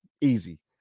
easy